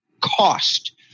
cost